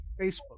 Facebook